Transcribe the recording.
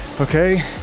okay